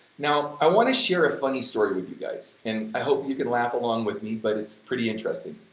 now, i wanna share a funny story with you, guys, and i hope you can laugh along with me, but it's pretty interesting.